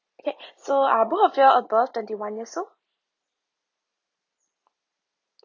okay so are both of you all above twenty one years